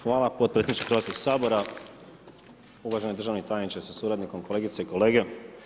Hvala podpredsjedniče Hrvatskog sabora, uvaženi državni tajniče sa suradnikom, kolegice i kolege.